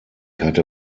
hatte